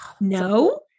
No